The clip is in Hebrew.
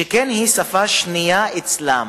שכן היא שפה שנייה אצלם.